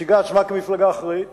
שמציגה עצמה כמפלגה אחראית